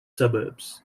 suburbs